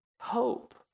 hope